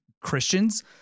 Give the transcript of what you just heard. Christians